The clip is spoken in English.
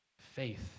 Faith